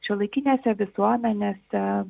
šiuolaikinėse visuomenėse